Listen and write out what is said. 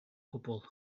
gwbl